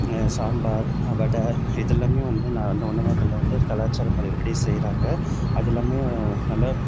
சாம்பார் வட இதெல்லாமே வந்து நான் வந்து உணவகத்தில் வந்து கலாச்சார முறைப்படி செய்கிறாங்க அது எல்லாமே நல்லா